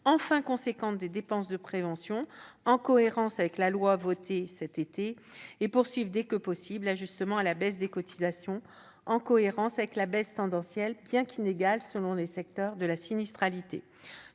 enfin conséquente des dépenses de prévention, dans la lignée de la loi votée cet été, et poursuivre dès que possible l'ajustement à la baisse des cotisations, en cohérence avec la baisse tendancielle, bien qu'inégale selon les secteurs, de la sinistralité.